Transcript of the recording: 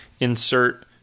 insert